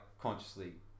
consciously